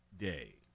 Day